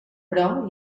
però